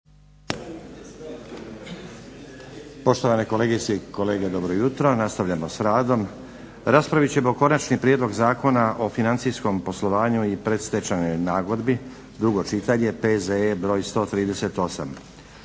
Poštovane kolegice i kolege dobro jutro. Nastavljamo s radom. Raspravit ćemo: - Konačni prijedlog Zakon o financijskom poslovanju i predstečajnoj nagodbi, drugo čitanje, PZE br.138;